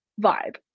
vibe